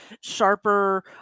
sharper